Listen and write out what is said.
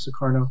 Sukarno